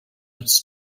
its